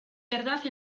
verdad